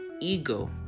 ego